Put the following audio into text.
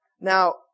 Now